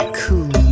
cool